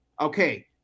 Okay